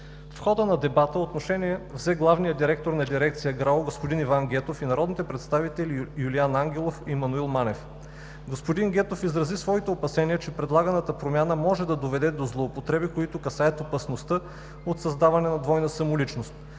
В хода на дебата отношение взе главният директор на дирекция ГРАО господин Иван Гетов и народните представители Юлиан Ангелов и Мануил Манев. Господин Гетов изрази своите опасения, че предлаганата промяна може да доведе до злоупотреби, които касаят опасността от създаване на двойна самоличност.